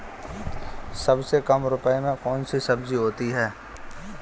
सबसे कम रुपये में कौन सी सब्जी होती है?